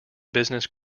business